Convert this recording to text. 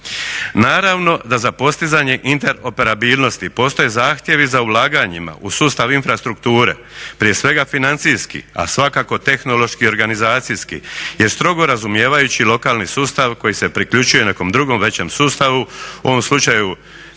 Naravno da za postizanje interoperabilnosti postoji zahtjevi za ulaganjima u sustavima infrastrukture prije svega financijski, a svakako tehnološki i organizacijski jer strogo razumijevajući lokalni sustav koji se priključuje nekom drugom većem sustavu u ovom slučaju